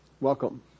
Welcome